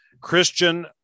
Christian